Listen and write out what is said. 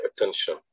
attention